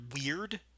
weird